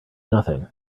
nothing